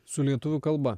su lietuvių kalba